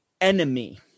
enemy